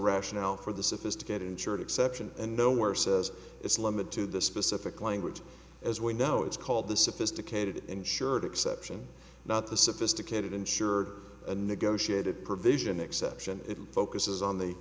rationale for the sophisticated insured exception and nowhere says it's limited to the specific language as we know it's called the sophisticated insured exception not the sophisticated insured and negotiated provision exception it focuses on the